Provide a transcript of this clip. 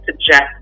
suggest